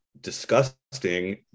disgusting